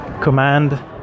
command